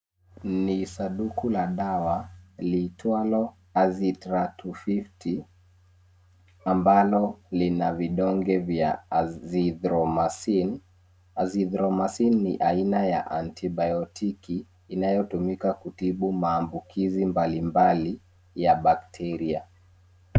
Ni sanduku la dawa liitwalo Azithral 250 ambalo ni la vidonge vya Azithromycin. Azithromycin ni aina ya antibiotic inayotumika kutibu maambukizi mbalimbali ya bakteria.